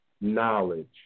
knowledge